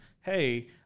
hey